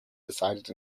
decided